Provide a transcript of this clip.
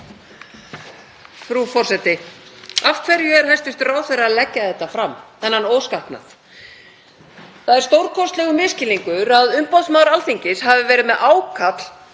Frú forseti. Af hverju er hæstv. ráðherra að leggja þetta fram, þennan óskapnað? Það er stórkostlegur misskilningur að umboðsmaður Alþingis hafi verið með ákall